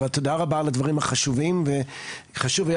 אבל תודה רבה על הדברים החשובים וחשוב היה